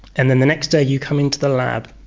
and then the next day you come into the lab,